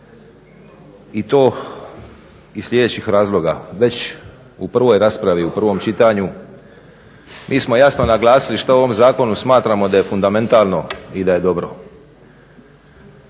i to iz sljedećih razloga. Već u prvoj raspravi u prvom čitanju mi smo jasno naglasili što u ovom zakonu smatramo da je fundamentalno i da je dobro.